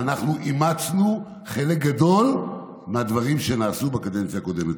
אנחנו אימצנו חלק גדול מהדברים שנעשו בקדנציה הקודמת.